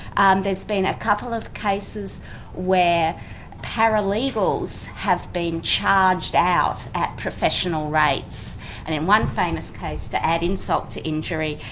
and there's been a couple of cases where paralegals have been charged out at professional rates, and in one famous case, to add insult to injury,